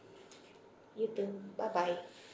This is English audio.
you too bye bye